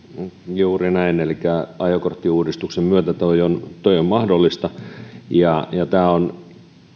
juuri näin elikkä ajokorttiuudistuksen myötä tuo on mahdollista ja ja tämä on